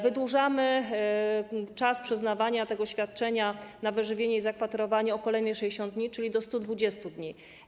Wydłużamy czas przyznawania tego świadczenia na wyżywienie i zakwaterowanie o kolejne 60 dni, czyli do 120 dni.